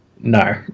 No